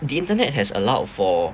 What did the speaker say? the internet has allowed for